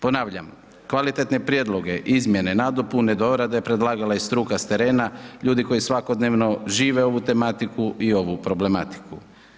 Ponavljam, kvalitetne prijedloge, izmjene, nadopune, dorade predlagala je struka s terena, ljudi koji svakodnevno žive ovu tematiku i ovu problematiku.